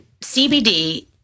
CBD